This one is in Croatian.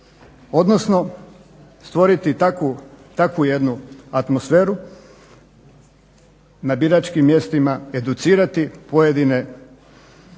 odnosno stvoriti takvu jednu atmosferu na biračkim mjestima, educirati pojedine